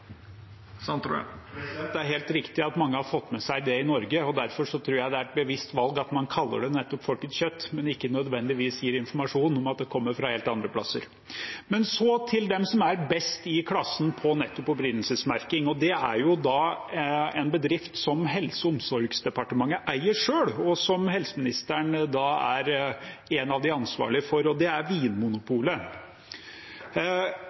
Det er helt riktig at mange har fått med seg det i Norge, og derfor tror jeg det er et bevisst valg at man kaller det nettopp Folkets kjøtt, men ikke nødvendigvis gir informasjon om at det kommer fra helt andre plasser. Så til de som er best i klassen på nettopp opprinnelsesmerking. Det er en bedrift som Helse- og omsorgsdepartementet eier selv, og som helseministeren er en av de ansvarlige for, og det er